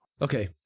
okay